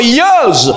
years